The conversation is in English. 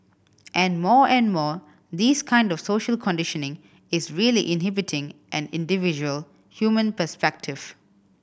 and more and more this kind of social conditioning is really inhibiting an individual human perspective